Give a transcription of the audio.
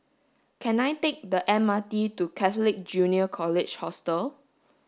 can I take the M R T to Catholic Junior College Hostel